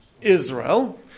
Israel